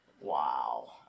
Wow